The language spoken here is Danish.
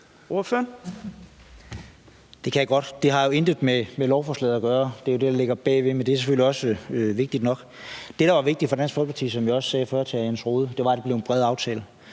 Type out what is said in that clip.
Det kan jeg godt. Det har jo intet med lovforslaget at gøre – det er jo det, der ligger bag ved, men det er selvfølgelig også vigtigt nok. Det, der var vigtigt for Dansk Folkeparti, som jeg også sagde før til hr. Jens Rohde, var, at det blev en bred aftale.